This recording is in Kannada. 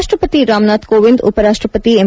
ರಾಷ್ಟ್ರಪತಿ ರಾಮನಾಥ್ ಕೋವಿಂದ್ ಉಪರಾಷ್ಟ ಪತಿ ಎಂ